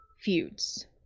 feuds